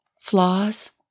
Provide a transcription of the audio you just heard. Flaws